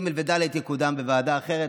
ג' וד' יקודם בוועדה אחרת.